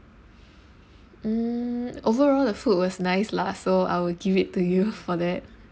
mm overall the food was nice lah so I will give it to you for that